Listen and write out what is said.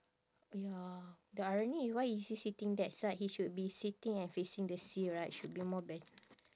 ya the irony is why is he sitting that side he should be sitting and facing the sea right should be more bet~